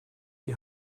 die